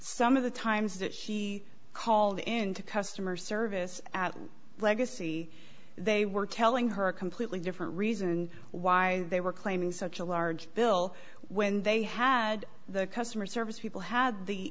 some of the times that she called into customer service at legacy they were telling her a completely different reason why they were claiming such a large bill when they had the customer service people had the